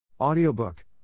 Audiobook